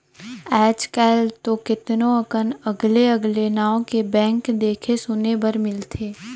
आयज कायल तो केतनो अकन अगले अगले नांव के बैंक देखे सुने बर मिलथे